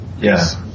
Yes